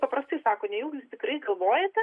paprastai sako nejaugi jūs tikrai galvojate